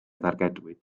dargedwyd